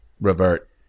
revert